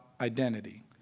identity